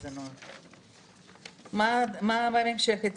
מה הצעתם בהמשך?